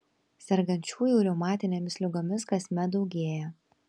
sergančiųjų reumatinėmis ligomis kasmet daugėja